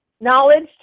knowledge